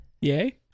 Yay